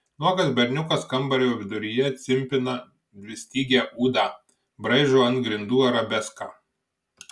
nuogas berniukas kambario viduryje cimpina dvistygę ūdą braižo ant grindų arabeską